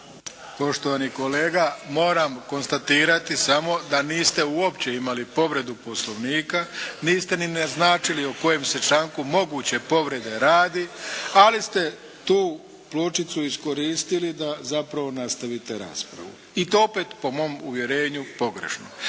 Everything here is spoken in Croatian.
Poštovani kolega! Moram konstatirati samo da niste uopće imali povredu Poslovnika, niste ni naznačili o kojem se članku moguće povrede radi, ali ste tu pločicu iskoristili da zapravo nastavite raspravu i to opet po mom uvjerenju pogrešno.